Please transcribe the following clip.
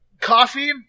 Coffee